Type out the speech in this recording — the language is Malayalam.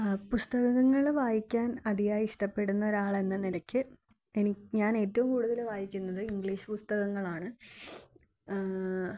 പുസ്തകങ്ങള് വായിക്കാൻ അതിയായി ഇഷ്ടപ്പെടുന്ന ഒരാൾ എന്ന നിലയ്ക്ക് ഞാൻ ഏറ്റവും കൂടുതല് വായിക്കുന്നത് ഇംഗ്ലീഷ് പുസ്തകങ്ങളാണ്